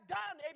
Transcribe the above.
done